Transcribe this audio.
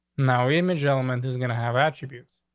no image element is gonna have attributes.